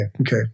Okay